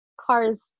Car's